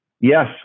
Yes